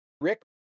Rick